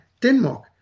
Denmark